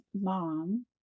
mom